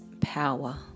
power